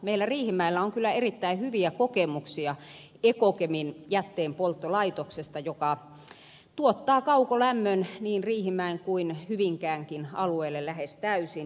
meillä riihimäellä on kyllä erittäin hyviä kokemuksia ekokemin jätteenpolttolaitoksesta joka tuottaa kaukolämmön niin riihimäen kuin hyvinkäänkin alueelle lähes täysin